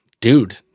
dude